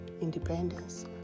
independence